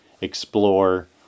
explore